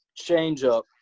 changeup